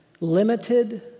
limited